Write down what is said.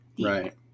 Right